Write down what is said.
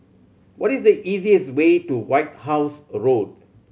what is the easiest way to White House Road